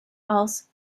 als